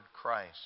Christ